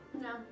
No